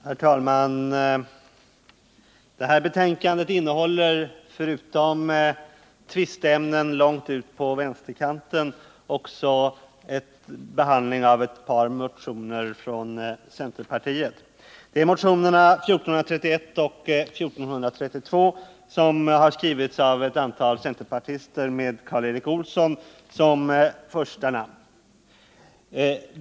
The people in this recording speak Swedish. Herr talman! Finansutskottets betänkande innehåller förutom tvisteämnen långt ut på vänsterkanten också behandlingen av ett par motioner från centerpartiet. Det är motionerna 1431 och 1432, som har skrivits av ett antal centerpartister med Karl Erik Olsson som första namn.